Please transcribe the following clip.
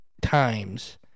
times